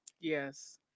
Yes